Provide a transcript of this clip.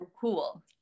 cool